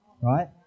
Right